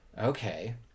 Okay